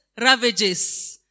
ravages